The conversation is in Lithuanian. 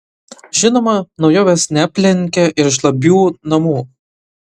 žinoma naujovės neaplenkia ir žlabių namų